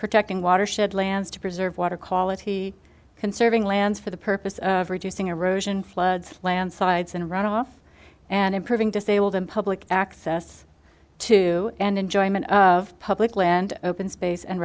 protecting watershed lands to preserve water quality conserving lands for the purpose of reducing erosion floods landslides and runoff and improving disabled in public access to and enjoyment of public land open space and